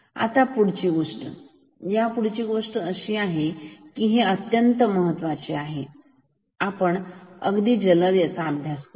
आता पुढची गोष्ट यापुढे ही गोष्ट अशी आहे की हे अत्यंत महत्त्वाचे आहे आपण इथे एक जलद अभ्यास घेऊया